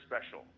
special